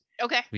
Okay